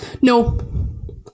no